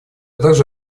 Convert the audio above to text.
также